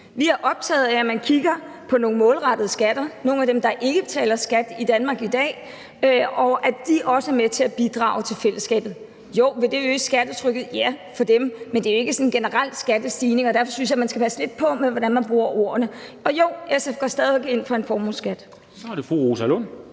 Vi er optaget af, at man kigger på nogle målrettede skatter – kigger på nogle af dem, der ikke betaler skat i Danmark i dag, så de også er med til at bidrage til fællesskabet. Vil det øge skattetrykket? Ja, for dem, men det er jo ikke sådan en generel skattestigning, og derfor synes jeg, man skal passe lidt på med, hvordan man bruger ordene. Og jo, SF går stadig væk ind for en formueskat. Kl. 15:02 Formanden